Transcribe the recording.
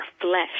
flesh